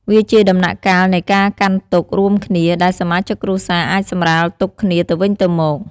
វាជាដំណាក់កាលនៃ ការកាន់ទុក្ខ រួមគ្នា ដែលសមាជិកគ្រួសារអាចសម្រាលទុក្ខគ្នាទៅវិញទៅមក។